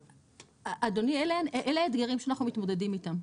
אדוני, אלה האתגרים שאנחנו מתמודדים איתם.